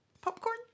Popcorn